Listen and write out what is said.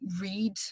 read